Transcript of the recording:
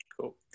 Cool